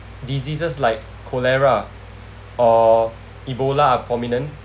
diseases like cholera or ebola are prominent